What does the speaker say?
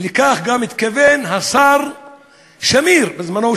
ולכך גם התכוון השר שמיר בזמנו,